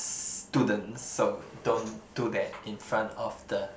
students so don't do that in front of the